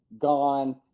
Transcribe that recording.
gone